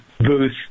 booth